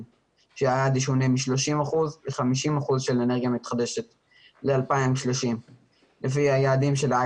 שהיעד ישונה מ-30 אחוזים ל-50 אחוזים של אנרגיה מתחדשת ל-2030,